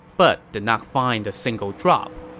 but did not find a single drop.